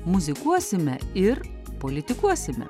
muzikuosime ir politikuosime